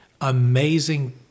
amazing